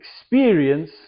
experience